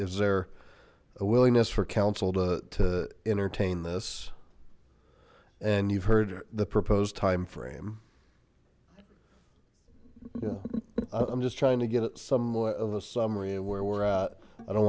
is there a willingness for council to entertain this and you've heard the proposed time frame i'm just trying to get some more of a summary of where we're at i don't